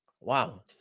Wow